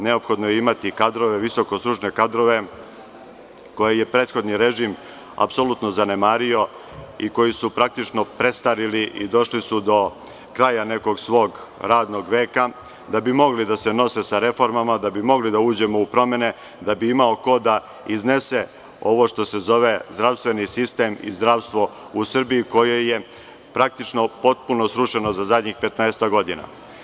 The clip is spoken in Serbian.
Neophodno je imati visokostručne kadrove koje je prethodni režim apsolutno zanemario i koji su praktično prestarili i došli su do kraja svog radnog veka, da bi mogli da se nose sa reformama, da bi mogli da uđemo u promene, da bi imao ko da iznese ovo što se zove zdravstveni sistem i zdravstvo u Srbiji, koje je praktično potpuno srušeno za zadnjih 15-ak godina.